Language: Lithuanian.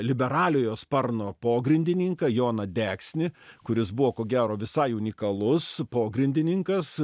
liberaliojo sparno pogrindininką joną deksnį kuris buvo ko gero visai unikalus pogrindininkas